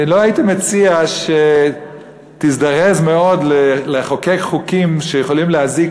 אני לא הייתי מציע שתזדרז מאוד לחוקק חוקים שיכולים להזיק